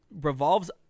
revolves